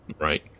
Right